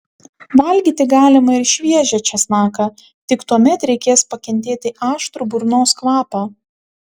valgyti galima ir šviežią česnaką tik tuomet reikės pakentėti aštrų burnos kvapą